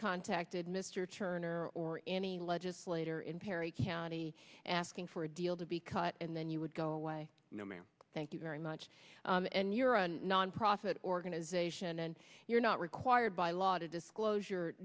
contacted mr turner or any legislator in perry county asking for a deal to be cut and then you would go away no ma'am thank you very much and you're a nonprofit organization and you're not required by law to disclos